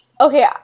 okay